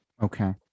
Okay